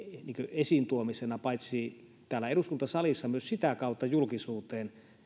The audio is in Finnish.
esiintuojina paitsi täällä eduskuntasalissa myös sitä kautta julkisuudessa